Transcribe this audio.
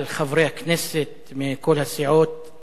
חברי הכנסת מכל הסיעות,